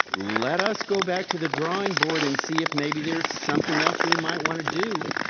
let us go back to the drawing board and see if maybe there's something else we might wanna do